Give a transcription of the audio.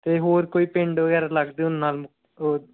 ਅਤੇ ਹੋਰ ਕੋਈ ਪਿੰਡ ਵਗੈਰਾ ਲੱਗਦੇ ਹੋਣ ਨਾਲ ਮੁ